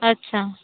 अच्छा